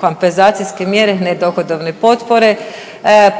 kompenzacijske mjere, ne dohodovne potpore,